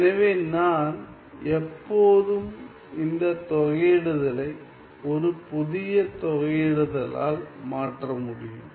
எனவே நான் எப்போதும் இந்தத் தொகையிடுதலை ஒரு புதிய தொகையிடுதலால் மாற்ற முடியும்